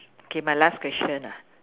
K my last question ah